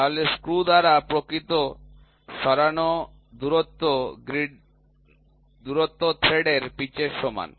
তাহলে স্ক্রু দ্বারা সরানো প্রকৃত দূরত্ব থ্রেডের পিচের সমান